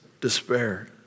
despair